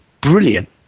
brilliant